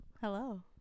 Hello